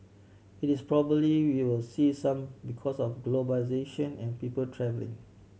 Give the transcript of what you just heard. it is probably we will see some because of globalisation and people travelling